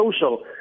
social